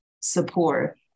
support